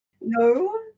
No